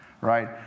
right